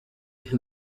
him